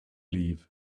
leave